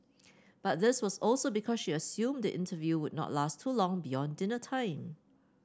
but this was also because she has assumed interview will not last too long beyond dinner time